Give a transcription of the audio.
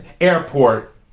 airport